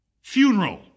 funeral